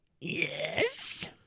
Yes